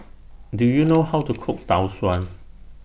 Do YOU know How to Cook Tau Suan